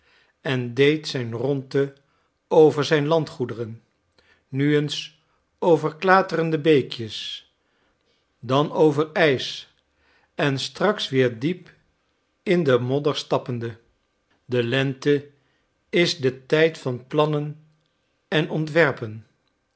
en deed zijn rondte over zijn landgoederen nu eens over klaterende beekjes dan over ijs en straks weer diep in den modder stappende de lente is de tijd van plannen en ontwerpen